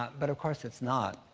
but of course, it's not.